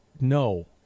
no